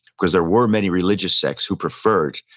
because there were many religious sects who preferred,